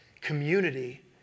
community